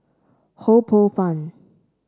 Ho Poh Fun